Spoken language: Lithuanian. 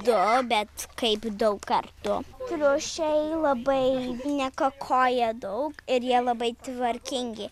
du bet kaip daug kartų triušiai labai nekakoja daug ir jie labai tvarkingi